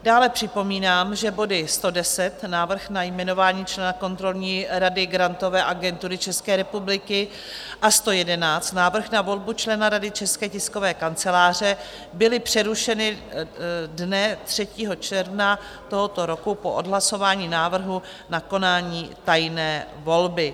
Dále připomínám, že body 110, Návrh na jmenování člena kontrolní rady Grantové agentury České republiky a 111, Návrh na volbu člena Rady České tiskové kanceláře, byly přerušeny dne 3. června tohoto roku po odhlasování návrhu na konání tajné volby.